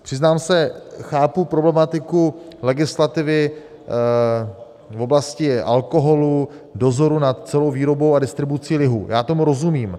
Přiznám se, chápu problematiku legislativy v oblasti alkoholu, dozoru nad celou výrobou a distribucí lihu, já tomu rozumím.